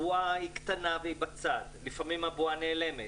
הבועה קטנה ובצד, לפעמים הבועה נעלמת,